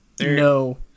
no